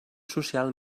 social